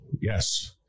yes